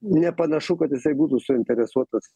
nepanašu kad jisai būtų suinteresuotas